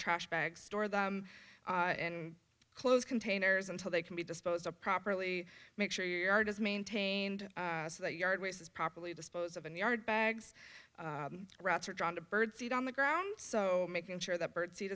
trash bags store them and close containers until they can be disposed of properly make sure your art is maintained so the yard waste is properly dispose of in the yard bags rats are drawn to bird seed on the ground so making sure that bird seed